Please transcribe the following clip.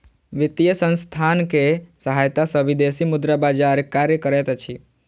वित्तीय संसथान के सहायता सॅ विदेशी मुद्रा बजार कार्य करैत अछि